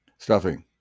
Stuffing